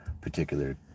particular